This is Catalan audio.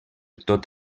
tot